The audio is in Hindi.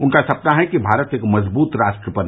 उनका सपना है कि भारत एक मजबूत राष्ट्र बने